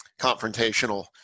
confrontational